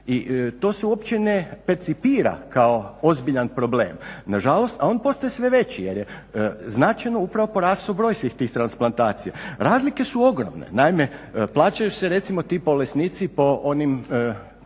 i to se uopće ne percipira kao ozbiljan problem, nažalost a on postaje sve veći jer je značajno upravo porastao broj svih tih transplantacija. Razlike su ogromne. Naime plaćaju se ti bolesnici po onim